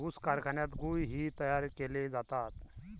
ऊस कारखान्यात गुळ ही तयार केले जातात